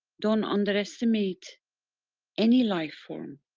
don't underestimate any lifeform.